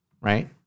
Right